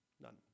None